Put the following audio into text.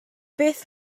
beth